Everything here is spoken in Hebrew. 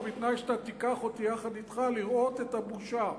ובתנאי שאתה תיקח אותי יחד אתך לראות את הבושה,